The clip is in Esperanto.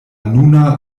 nuna